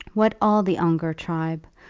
what all the ongar tribe,